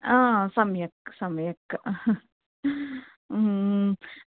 आ सम्यक् सम्यक्